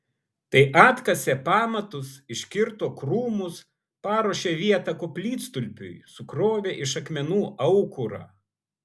tai atkasė pamatus iškirto krūmus paruošė vietą koplytstulpiui sukrovė iš akmenų aukurą